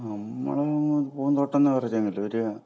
നമ്മള പൂന്തോട്ടം എന്ന് പറഞ്ഞാൽ ഒരു